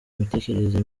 imitekerereze